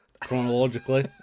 chronologically